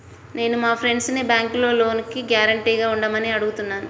నేను మా ఫ్రెండ్సుని బ్యేంకులో లోనుకి గ్యారంటీగా ఉండమని అడుగుతున్నాను